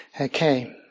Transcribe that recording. Okay